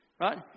Right